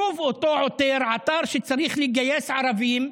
שוב אותו עותר עתר שצריך לגייס ערבים,